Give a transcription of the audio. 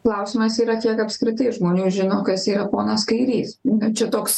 klausimas yra kiek apskritai žmonių žino kas yra ponas kairys na čia toks